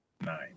Nine